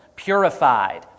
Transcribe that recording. purified